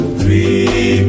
three